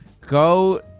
Go